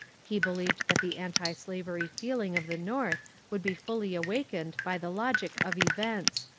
he believed that the antislavery feeling of the north would be fully awakened by the logic of events,